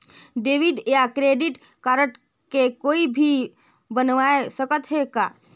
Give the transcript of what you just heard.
Debit या credit card के कोई भी बनवाय सकत है का?